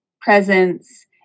presence